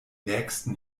nächsten